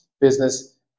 business